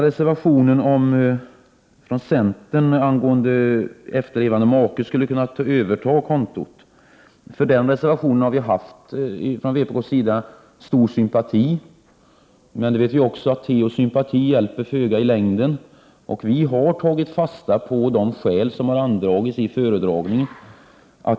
Reservation 2, som kommer från centern, handlar om en övertaganderätt för efterlevande make. För denna reservation har vi i vpk haft stor sympati. Men vi vet också att te och sympati hjälper föga i längden. Vi har tagit fasta på de skäl som har anförts vid föredragningen.